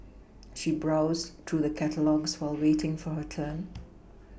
she browsed through the catalogues while waiting for her turn